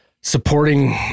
supporting